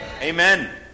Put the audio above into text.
Amen